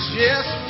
yes